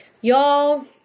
y'all